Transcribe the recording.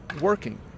working